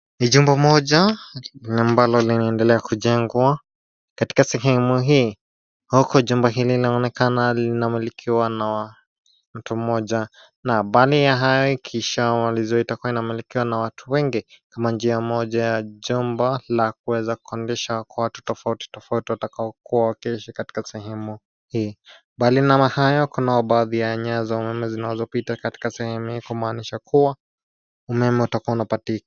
Ni jumba moja na ambalo linaendelea kujengwa katika sehemu hii, huku jumba hili linaonekana linamilikiwa na mtu mmoja na mbali na hayo na ikishamaliziwa litakuwa na watu wengi, kama njia moja ya jumba la kuweza kukodisha kwa watu tofauti tofauti watu watakao kuwa wakiishi kwa sehemu hii. Mbali na hayo kunayo baadhi ya nyaya za umeme ambazo zinazopita sehemu hii kumaanisha umeme utakuwa unapati..